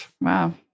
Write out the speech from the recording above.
Wow